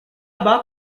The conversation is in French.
bas